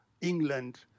England